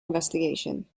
investigation